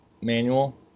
manual